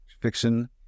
fiction